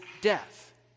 death